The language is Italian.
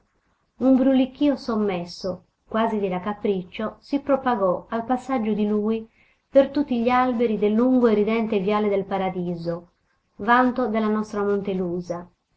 un brulichio sommesso quasi di raccapriccio si propagò al passaggio di lui per tutti gli alberi del lungo e ridente viale del paradiso vanto della nostra